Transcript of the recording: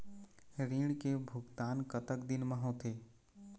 ऋण के भुगतान कतक दिन म होथे?